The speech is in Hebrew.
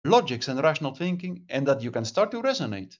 לוגיקה וחשיבה רציונלית ושאתה יכול להתחיל להדהד.